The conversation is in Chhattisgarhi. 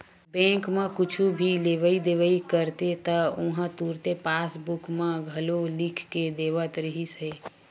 बेंक म कुछु भी लेवइ देवइ करते त उहां तुरते पासबूक म घलो लिख के देवत रिहिस हे